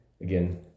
Again